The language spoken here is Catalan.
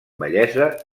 bellesa